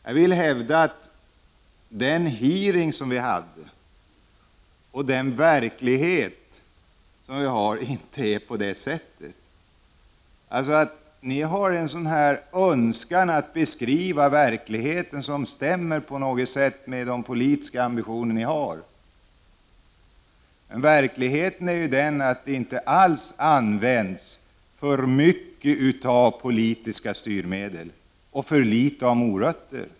Jag vill hävda att den hearing vi hade och den verklighet vi lever i inte ser ut på det sättet. Ni har en önskan att beskriva verkligheten så att den stämmer med era politiska ambitioner. Men verkligheten är att det inte alls används för mycket av politiska styrmedel och för litet av ”morötter”.